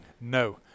No